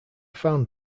found